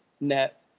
net